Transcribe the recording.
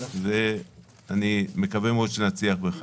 אני מקווה מאוד שנצליח בכך.